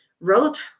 wrote